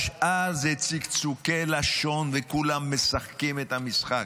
השאר זה צקצוקי לשון, וכולם משחקים את המשחק.